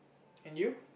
and you